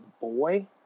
boy